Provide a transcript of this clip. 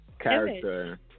character